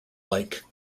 lake